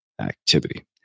activity